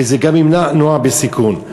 וזה גם ימנע נוער בסיכון.